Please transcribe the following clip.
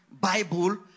Bible